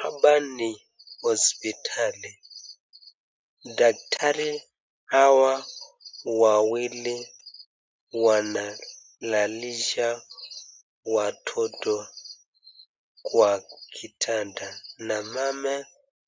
Hapa ni hospitali. Daktari hawa wawili, wanalalisha watoto kwa kitanda na mama